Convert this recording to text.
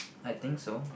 I think so